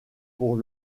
pour